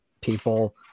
people